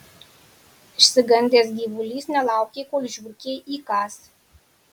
išsigandęs gyvulys nelaukė kol žiurkė įkąs